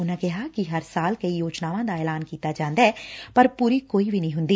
ਉਨੂਾ ਕਿਹਾ ਕਿ ਹਰ ਸਾਲ ਕਈ ਯੋਜਨਾਵਾਂ ਦਾ ਐਲਾਨ ਕੀਤਾ ਜਾਂਦੈ ਪਰ ਪੁਰੀ ਕੋਈ ਨਹੀਾ ਹੂੰਦੀ